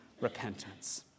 repentance